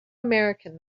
american